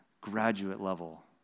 graduate-level